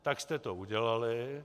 Tak jste to udělali.